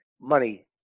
money